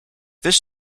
this